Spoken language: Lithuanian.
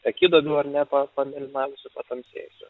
akiduobių ar ne pa pamėlynavusių patamsėjusių